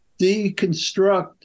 deconstruct